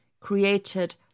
created